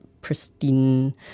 pristine